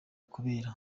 kubera